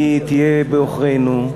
תהיה בעוכרינו.